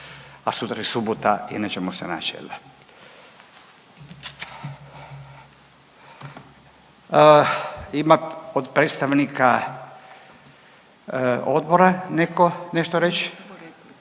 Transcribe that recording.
a sutra je subota i nećemo se naći jel da. Ima od predstavnika odbora netko nešto reći?